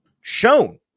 shown